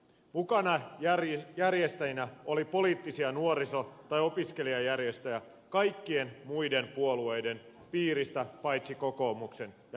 mukana järjestäjinä oli poliittisia nuoriso tai opiskelijajärjestöjä kaikkien muiden puolueiden piiristä paitsi kokoomuksen ja perussuomalaisten